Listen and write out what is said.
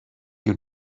you